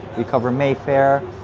we cover mayfair,